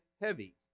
heavy